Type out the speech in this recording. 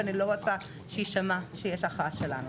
ואני לא רוצה שיישמע שיש הכרעה שלנו.